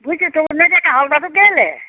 বুজিছোঁ তোকনো এতিয়া কাঁহৰ লোটাটো কেলৈ